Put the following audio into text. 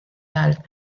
dalt